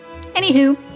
Anywho